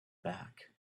back